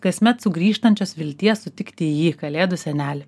kasmet sugrįžtančios vilties sutikti jį kalėdų senelį